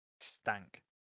stank